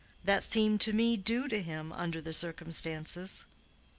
that seemed to me due to him under the circumstances.